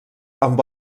amb